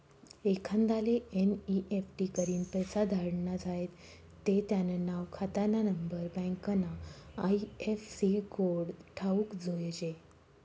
एखांदाले एन.ई.एफ.टी करीन पैसा धाडना झायेत ते त्यानं नाव, खातानानंबर, बँकना आय.एफ.सी कोड ठावूक जोयजे